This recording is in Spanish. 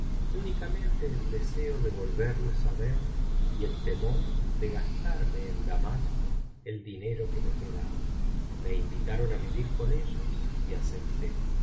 únicamente el deseo de volveros á ver y el temor de gastarme en damasco el dinero que me quedaba me invitaron á vivir con ellos y acepté y